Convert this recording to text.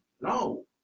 No